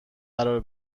قرار